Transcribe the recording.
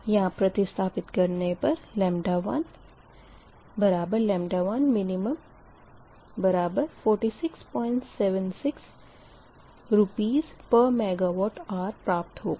यहाँ प्रतिस्थापित करने पर 1 1min4676 RsMWhr प्राप्त होगा